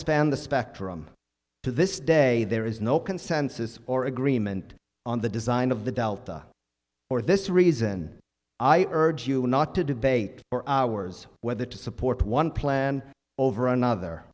span the spectrum to this day there is no consensus or agreement on the design of the delta for this reason i urge you not to debate for hours whether to support one plan over another